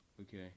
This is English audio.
Okay